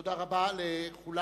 תודה רבה לכולם.